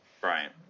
Brian